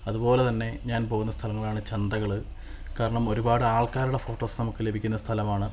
അതുപോലെതന്നെ ഞാന് പോകുന്ന സ്ഥലങ്ങളാണ് ചന്തകള് കാരണം ഒരുപാട് ആള്ക്കാരുടെ ഫോട്ടോസ് നമുക്ക് ലഭിക്കുന്ന സ്ഥലമാണ്